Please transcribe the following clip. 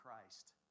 Christ